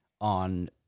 on